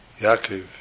Yaakov